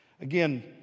Again